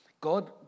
God